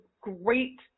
great